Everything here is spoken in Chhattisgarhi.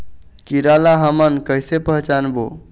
कीरा ला हमन कइसे पहचानबो?